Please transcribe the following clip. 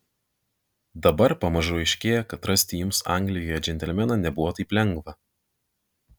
dabar pamažu aiškėja kad rasti jums anglijoje džentelmeną nebuvo taip lengva